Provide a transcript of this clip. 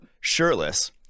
shirtless